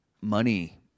money